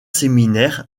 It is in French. séminaires